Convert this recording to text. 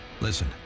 Listen